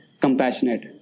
compassionate